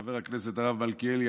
חבר הכנסת הרב מלכיאלי,